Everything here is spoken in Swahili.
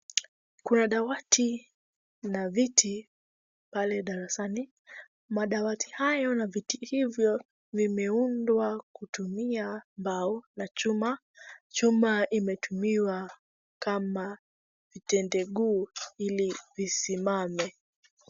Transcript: Kuna dawati na viti pale darasani. Madawati hayo na viti hivyo vimeundwa kutumia mbao na chuma. Chuma imetumiwa kama tendeguu ili lisimame.